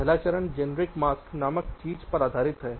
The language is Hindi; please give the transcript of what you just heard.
पहला चरण जेनेरिक मास्क नामक चीज़ पर आधारित है